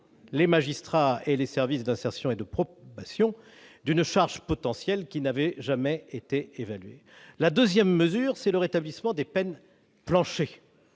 les magistrats et les services d'insertion et de probation d'une charge potentielle qui n'avait jamais été évaluée. La deuxième mesure, c'est le rétablissement des peines planchers,